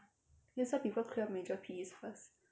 that's why people clear major P_Es first